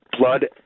blood